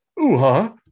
ooh-huh